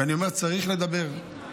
ואני אומר שצריך לדבר,